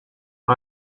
and